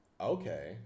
okay